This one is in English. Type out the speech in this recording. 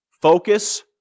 Focus